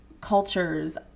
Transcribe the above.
cultures